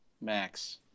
Max